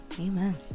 amen